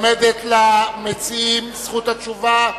למציעים עומדת זכות התשובה.